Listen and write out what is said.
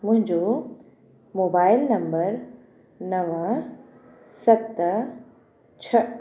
मुंहिंजो मोबाइल नम्बर नव सत छह